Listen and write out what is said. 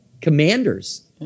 commanders